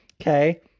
Okay